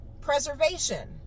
preservation